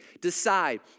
decide